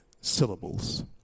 syllables